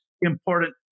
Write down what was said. important